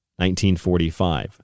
1945